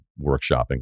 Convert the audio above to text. workshopping